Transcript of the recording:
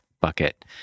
bucket